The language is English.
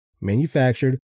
manufactured